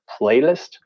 playlist